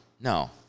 No